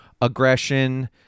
aggression